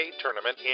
tournament